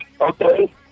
okay